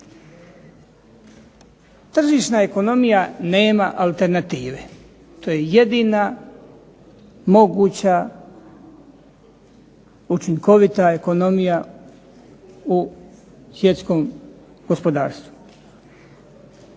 Tržišna ekonomija nema alternative, to je jedina moguća učinkovita ekonomija u svjetskom gospodarstvu.